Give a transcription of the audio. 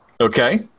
Okay